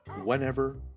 whenever